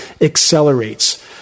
accelerates